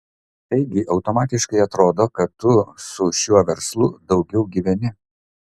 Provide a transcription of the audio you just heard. taigi automatiškai atrodo kad tu su šiuo verslu daugiau gyveni